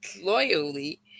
loyally